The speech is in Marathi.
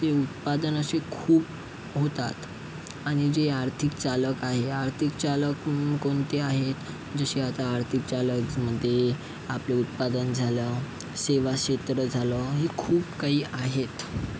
ते उत्पादन असे खूप होतात आणि जे आर्थिक चालक आहे आर्थिक चालक कोणते आहेत जसे आता आर्थिक चालकमध्ये आपले उत्पादन झालं सेवाक्षेत्र झालं हे खूप काही आहेत